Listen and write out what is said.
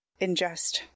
ingest